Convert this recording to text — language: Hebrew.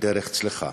לדרך צלחה.